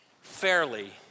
fairly